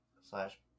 Slash